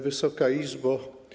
Wysoka Izbo!